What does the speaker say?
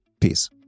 Peace